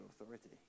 authority